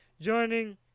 Joining